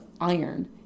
iron